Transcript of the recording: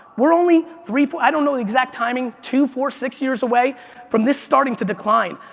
we're only three, four, i don't know the exact timing, two, four, six years away from this starting to decline.